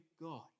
God